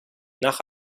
nach